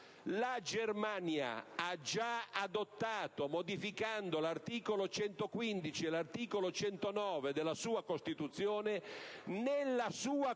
la Germania abbia già adottato, modificando l'articolo 115 e l'articolo 109 della sua Costituzione, nella sua Costituzione